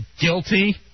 guilty